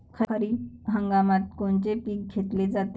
खरिप हंगामात कोनचे पिकं घेतले जाते?